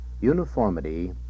Uniformity